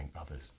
others